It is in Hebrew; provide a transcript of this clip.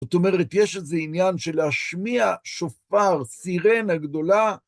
זאת אומרת, יש איזה עניין של להשמיע שופר, סירנה גדולה.